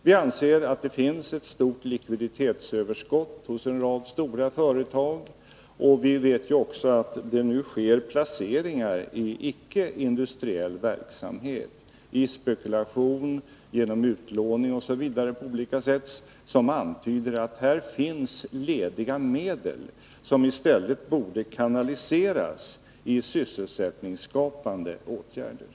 Vi anser att det finns ett stort likviditetsöverskott hos en rad stora företag. Vi vet ju också att det nu sker placeringar i icke-industriell verksamhet — spekulation, utlåning osv. — som antyder att det här finns lediga medel som i stället borde kanaliseras till sysselsättningsskapande åtgärder.